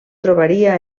trobaria